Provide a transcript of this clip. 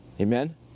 Amen